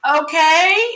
okay